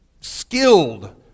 skilled